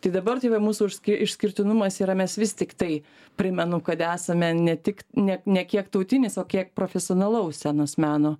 tai dabar tai va mūsų išskirtinumas yra mes vis tiktai primenu kad esame ne tik ne nė kiek tautinis o kiek profesionalaus scenos meno